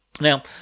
now